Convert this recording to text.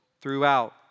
throughout